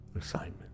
assignment